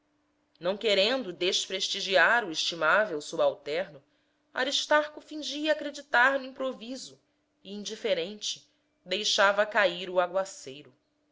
não querendo desprestigiar o estimável subalterno aristarco fingia acreditar no improviso e indiferente deixava cair o aguaceiro